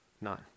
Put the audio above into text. None